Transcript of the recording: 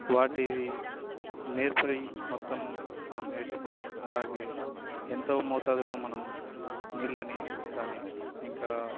వాటి నేర్పరి మొత్తం మనం నేర్చుకొని అలాగే ఎంతో మోతాదులో మనం నీళ్ళని కాని ఇంకా